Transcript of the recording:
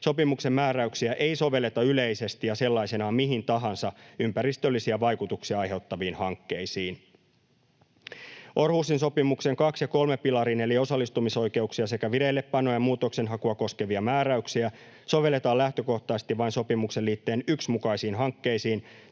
Sopimuksen määräyksiä ei sovelleta yleisesti ja sellaisenaan mihin tahansa ympäristöllisiä vaikutuksia aiheuttaviin hankkeisiin. Århusin sopimuksen II ja III pilarin eli osallistumisoikeuksia sekä vireillepanoa ja muutoksenhakua koskevia määräyksiä sovelletaan lähtökohtaisesti vain sopimuksen liitteen 1 mukaisiin hankkeisiin